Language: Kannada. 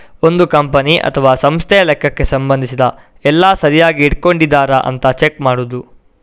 ಒಂದು ಕಂಪನಿ ಅಥವಾ ಸಂಸ್ಥೆಯ ಲೆಕ್ಕಕ್ಕೆ ಸಂಬಂಧಿಸಿದ ಎಲ್ಲ ಸರಿಯಾಗಿ ಇಟ್ಕೊಂಡಿದರಾ ಅಂತ ಚೆಕ್ ಮಾಡುದು